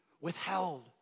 withheld